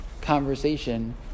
conversation